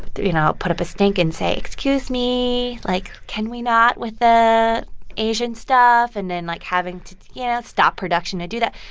you know, put up a stink and say, excuse me, like, can we not with the asian stuff? and then, like, having to, you know, stop production to do that.